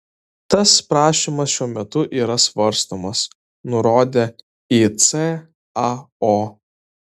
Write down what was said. tas prašymas šiuo metu yra svarstomas nurodė icao